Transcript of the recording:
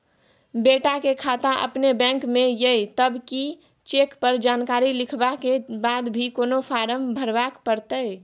बेटा के खाता अपने बैंक में ये तब की चेक पर जानकारी लिखवा के बाद भी कोनो फारम भरबाक परतै?